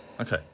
Okay